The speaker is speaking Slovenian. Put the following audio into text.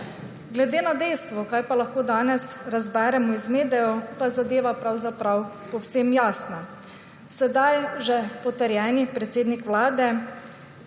Glede na dejstvo, kaj lahko danes razberemo iz medijev, pa je zadeva pravzaprav povsem jasna. Sedaj že potrjeni predsednik Vlade